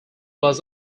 was